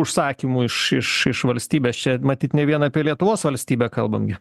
užsakymų iš iš valstybės čia matyt ne vien apie lietuvos valstybę kalbam gi